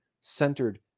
centered